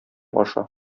аша